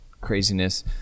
Craziness